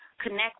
connect